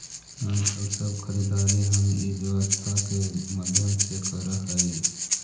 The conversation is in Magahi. आजकल सब खरीदारी हम ई व्यवसाय के माध्यम से ही करऽ हई